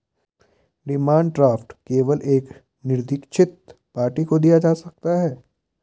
demand draft केवल एक निरदीक्षित पार्टी को दिया जा सकता है